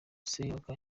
seyoboka